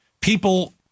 people